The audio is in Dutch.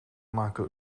maken